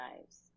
lives